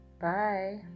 Bye